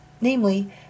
namely